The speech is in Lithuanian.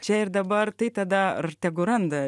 čia ir dabar tai tada ar tegul randa